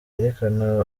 yerekana